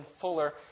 fuller